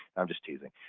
i'm just teasing.